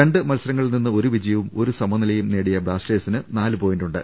രണ്ടു മത്സരങ്ങളിൽ ഒരു വിജയവും ഒരു സമനിലയും നേടിയ ബ്ലാസ്റ്റേഴ്സിന് നാലു പോയിന്റുണ്ട്